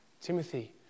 Timothy